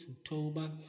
october